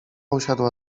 usiadła